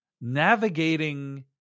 navigating